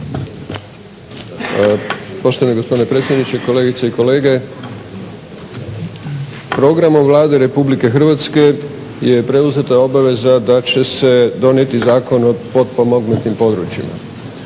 Poštovani gospodine predsjedniče, kolegice i kolege. Programom Vlade Republike Hrvatske je preuzeta obaveza da će se donijeti Zakon o potpomognutim područjima